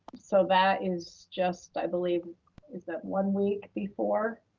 so that is just, i believe is that one week before?